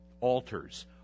altars